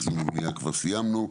אחסון ובנייה כבר סיימנו.